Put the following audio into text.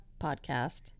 Podcast